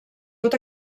tot